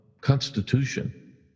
constitution